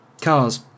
Cars